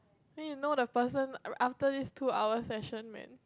then you know the person r~ after this two hours session man